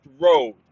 road